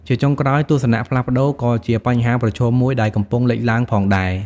ជាចុងក្រោយ ទស្សនៈផ្លាស់ប្ដូរ ក៏ជាបញ្ហាប្រឈមមួយដែលកំពុងលេចឡើងផងដែរ។